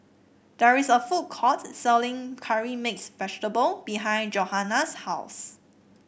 there is a food court selling Curry Mixed Vegetable behind Johannah's house